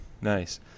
Nice